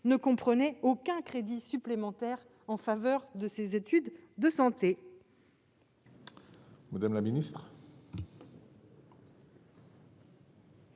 ne comprenait aucun crédit supplémentaire en faveur des études de santé